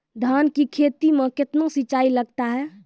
धान की खेती मे कितने सिंचाई लगता है?